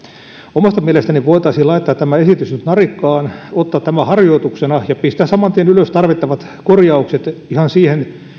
omasta mielestäni voitaisiin laittaa tämä esitys nyt narikkaan ottaa tämä harjoituksena ja pistää saman tien ylös tarvittavat korjaukset ihan siihen